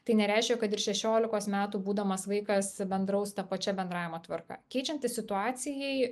tai nereiškia kad ir šešiolikos metų būdamas vaikas bendraus ta pačia bendravimo tvarka keičiantis situacijai